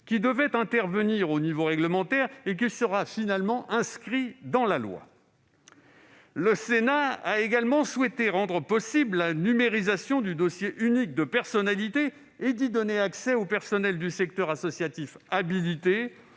qui devait intervenir au niveau réglementaire et qui sera finalement inscrite dans la loi. Le Sénat a également souhaité rendre possible la numérisation du dossier unique de personnalité et d'y donner accès au personnel du secteur associatif habilité,